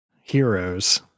heroes